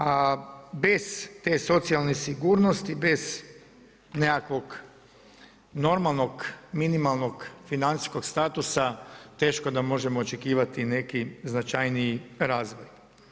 A bez te socijalne sigurnosti, bez nekakvog normalnog minimalnog financijskog statusa teško da možemo očekivati i neki značajniji razvoj.